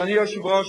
אדוני היושב-ראש,